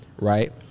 Right